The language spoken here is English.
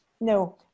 no